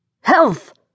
Health